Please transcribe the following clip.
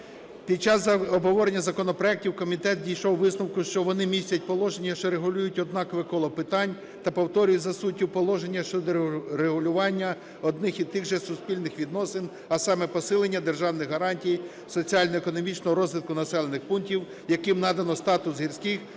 Під час обговорення законопроектів комітет дійшов висновку, що вони містять положення, що регулюють однакове коло питань та повторюють за суттю положення щодо регулювання одних і тих же суспільних відносин, а саме посилення державних гарантій соціально-економічного розвитку населених пунктів, яким надано статус гірських,